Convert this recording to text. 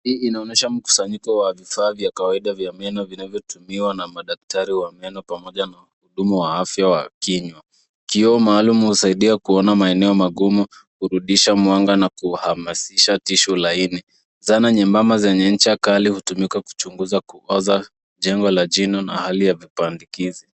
Hii inaonyesha mkusanyiko wa vifaa vya kawaida vinavyotumiwa na madaktari wa meno pamoja na wahudumu wa afya wa kinywa. Kioo maalum husaidia kuona maeneo magumu, kurudisha mwanga na kuhamasisha tishu laini. Zana nyembamba zenye ncha kali hutumika kuchunguza kuoza jengo la jino na hali ya vipandikizi.